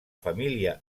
família